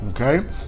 Okay